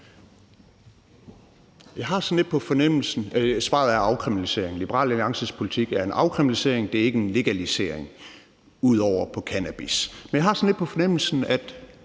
Svaret er afkriminalisering. Liberal Alliances politik er en afkriminalisering; det er ikke en legalisering, ud over af cannabis. Det har jeg sagt ret klart